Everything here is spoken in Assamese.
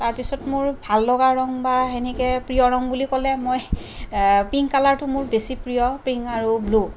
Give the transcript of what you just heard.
তাৰপিছত মোৰ ভাল লগা ৰং বা সেনেকে প্ৰিয় ৰং বুলি ক'লে মই পিংক কালাৰটো মোৰ বেছি প্ৰিয় পিং আৰু ব্লু